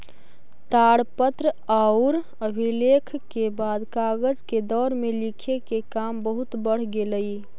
ताड़पत्र औउर अभिलेख के बाद कागज के दौर में लिखे के काम बहुत बढ़ गेलई